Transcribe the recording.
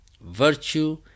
virtue